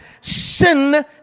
sin